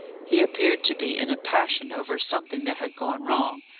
he appeared to be in a passion over something that had gone wrong,